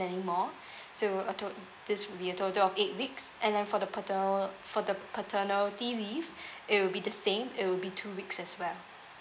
anymore so a tot~ this will be a total of eight weeks and then for the paternal for the paternity leave it will be the same it will be two weeks as well